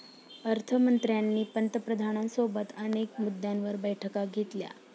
अर्थ मंत्र्यांनी पंतप्रधानांसोबत अनेक मुद्द्यांवर बैठका घेतल्या